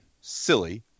silly